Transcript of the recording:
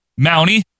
Mountie